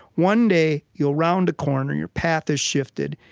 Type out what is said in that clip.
one day you'll round a corner, your path is shifted.